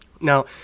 Now